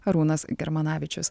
arūnas germanavičius